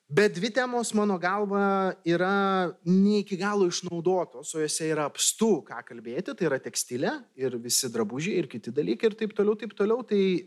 bet dvi temos mano galva yra ne iki galo išnaudotos o jose yra apstu ką kalbėti tai yra tekstilė ir visi drabužiai ir kiti dalykai ir taip toliau taip toliau tai